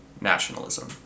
nationalism